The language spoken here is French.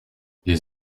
les